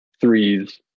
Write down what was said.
threes